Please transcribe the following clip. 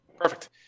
Perfect